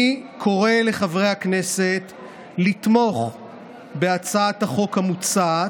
אני קורא לחברי הכנסת לתמוך בהצעת החוק המוצעת,